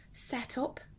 Setup